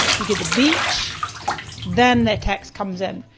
you get the beach then the text comes in.